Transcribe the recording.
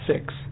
six